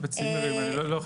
בצימרים אני לא חושב.